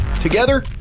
Together